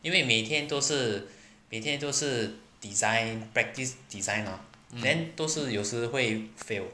因为每天都是每天就是 design practice design hor 都是有时会 fail